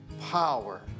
power